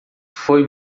foi